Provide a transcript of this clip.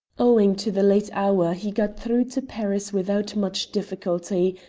owing to the late hour he got through to paris without much difficulty,